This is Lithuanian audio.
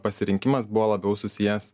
pasirinkimas buvo labiau susijęs